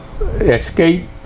escape